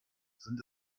sind